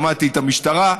שמעתי את המשטרה,